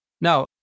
Now